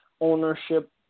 ownership